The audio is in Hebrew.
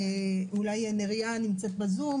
אולי נריה נמצאת בזום,